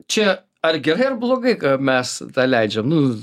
čia ar gerai ar blogai ka mes tą leidžiam nu